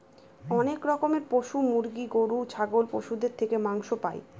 অনেক রকমের পশু মুরগি, গরু, ছাগল পশুদের থেকে মাংস পাই